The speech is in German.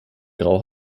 grau